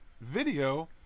video